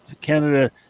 Canada